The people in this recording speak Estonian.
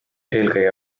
eelkõige